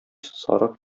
сарык